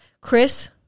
Chris